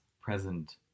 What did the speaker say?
present